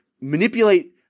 manipulate